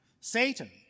Satan